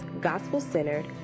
gospel-centered